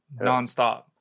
nonstop